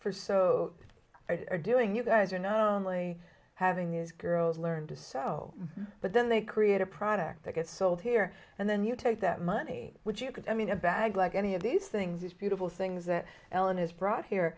for so are doing you guys are not only having these girls learned to sew but then they create a product that gets sold here and then you take that money would you could i mean a bag like any of these things is beautiful things that ellen has brought here